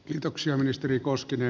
kiitoksia ministeri koskinen